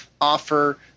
offer